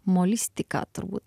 molistika turbūt